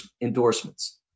endorsements